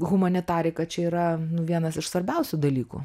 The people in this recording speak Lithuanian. humanitarai kad čia yra vienas iš svarbiausių dalykų